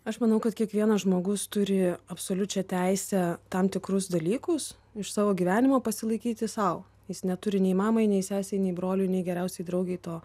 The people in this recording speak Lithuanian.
aš manau kad kiekvienas žmogus turi absoliučią teisę tam tikrus dalykus iš savo gyvenimo pasilaikyti sau jis neturi nei mamai nei sesei nei broliui nei geriausiai draugei to